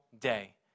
day